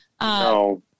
No